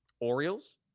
Orioles